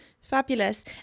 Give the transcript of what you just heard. Fabulous